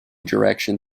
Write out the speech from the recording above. direction